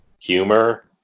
humor